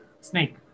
snake